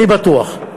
אני בטוח,